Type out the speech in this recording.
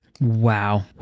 Wow